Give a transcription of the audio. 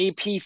AP